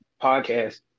podcast